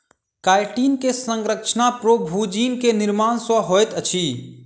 chitin के संरचना प्रोभूजिन के निर्माण सॅ होइत अछि